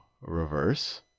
reverse